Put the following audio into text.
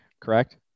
Correct